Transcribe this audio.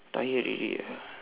tired already ah